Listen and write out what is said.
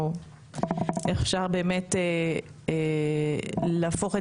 ואיך להפוך את